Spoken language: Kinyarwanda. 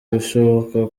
bishoboka